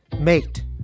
mate